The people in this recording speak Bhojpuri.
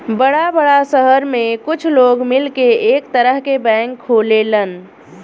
बड़ा बड़ा सहर में कुछ लोग मिलके एक तरह के बैंक खोलेलन